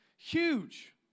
Huge